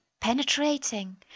penetrating